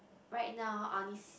right now I only s~